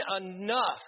enough